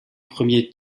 premiers